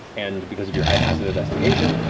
and because of your high passive investigation,